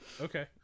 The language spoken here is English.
Okay